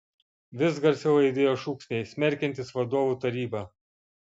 vis garsiau aidėjo šūksniai smerkiantys vadovų tarybą